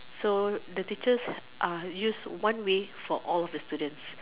so the teachers are used one way for all the students